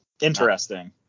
Interesting